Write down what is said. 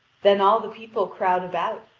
then all the people crowd about,